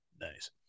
Nice